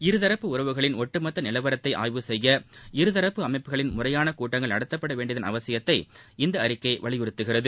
இருதரப்பு உறவுகளின் ஒட்டுமொத்த நிலவரத்தை ஆய்வு செய்ய இருதரப்பு அமைப்புகளின் முறையான கூட்டங்கள் நடத்தப்பட வேண்டியதள் அவசியத்தை இந்த அறிக்கை வலியுறுத்துகிறது